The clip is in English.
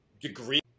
degree